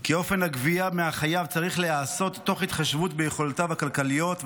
כי אופן הגבייה מהחייב צריך להיעשות תוך התחשבות ביכולותיו הכלכליות,